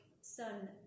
son